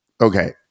Okay